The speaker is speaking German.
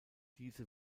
diese